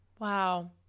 Wow